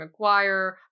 McGuire